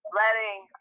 letting